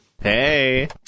Hey